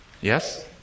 Yes